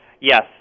Yes